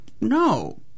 no